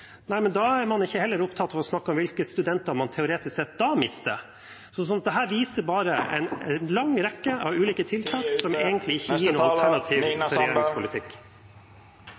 opptatt av å snakke om hvilke studenter man da – teoretisk sett – mister. Dette er bare en lang rekke av ulike tiltak, som egentlig ikke gir noe alternativ til regjeringens politikk.